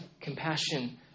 compassion